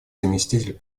заместитель